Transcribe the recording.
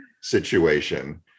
situation